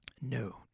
no